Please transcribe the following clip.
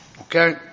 Okay